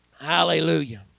Hallelujah